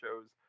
shows